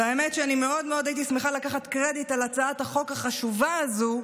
והאמת שהייתי שמחה מאוד מאוד לקחת קרדיט על הצעת החוק החשובה הזאת,